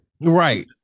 Right